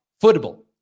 football